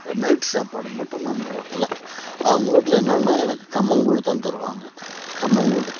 night சாப்பாடு மட்டும் நம்ம வீட்ல அவங்க வீட்ல என்னென்னா எனக்கு கம்மங்கூழு தான் தருவாங்க கம்மங்கூழு